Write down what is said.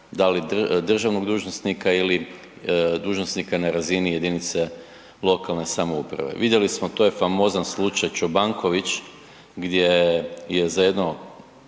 da li državnog dužnosnika ili dužnosnika na razini jedinice lokalne samouprave. Vidjeli smo to ja famozan slučaj Čobanković gdje je za jedno